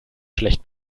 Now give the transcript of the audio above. schlecht